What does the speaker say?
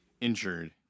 injured